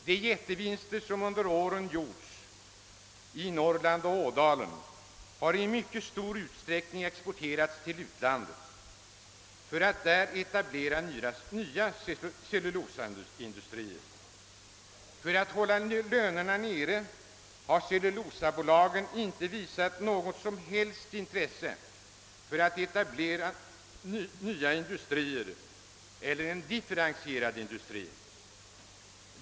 De jättevinster som under åren gjorts i Norrland och inte minst i Ådalen har i mycket stor utsträckning exporterats till utlandet och använts för att där etablera nya cellulosaindustrier. För att hålla lönerna nere har cellulosabolagen inte visat något som helst intresse för etablerande av en differentierad industri.